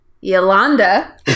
Yolanda